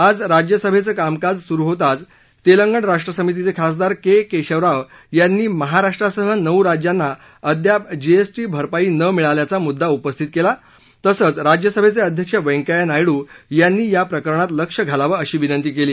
आज राज्यसभेचं कामकाज सुरु होताच तेंलगण राष्ट्र समितीचे खासदार के केशवराव यांनी महाराष्ट्रासह नऊ राज्यांना अद्याप जीएसटी भरपाई न मिळाल्याचा मुद्दा उपस्थित केला तसंच राज्यसभेचे अध्यक्ष व्यंकय्या नायडू यांनी या प्रकरणात लक्ष घालावं अशी विनंती केली